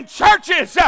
churches